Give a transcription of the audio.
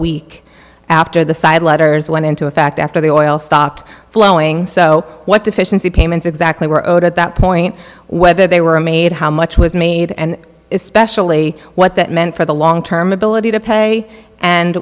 week after the sayd letters went into effect after the oil stopped flowing so what deficiency payments exactly were owed at that point whether they were made how much was made and especially what that meant for the long term ability to pay and